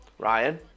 Ryan